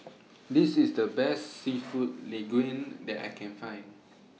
This IS The Best Seafood Linguine that I Can Find